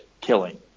killing